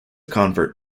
convert